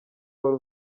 wari